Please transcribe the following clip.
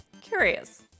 Curious